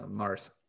mars